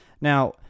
Now